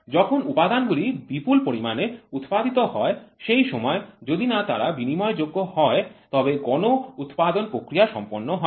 যখন উপাদানগুলি বিপুল পরিমাণে উৎপাদিত হয় সেই সময় যদি না তারা বিনিময়যোগ্য হয় তবে গণ উৎপাদন প্রক্রিয়াটি সম্পন্ন হয় না